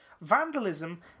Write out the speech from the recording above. vandalism